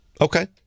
Okay